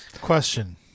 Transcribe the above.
Question